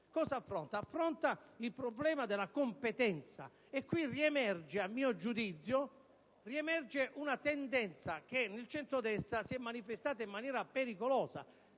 Cosa affronta allora? Affronta il problema della competenza. E qui riemerge a mio giudizio una tendenza che nel centrodestra si è manifestata in maniera pericolosa,